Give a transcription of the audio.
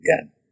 again